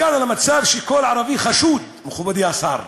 הגענו למצב שכל ערבי חשוד, מכובדי השר.